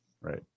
right